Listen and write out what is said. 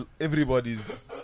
everybody's